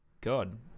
God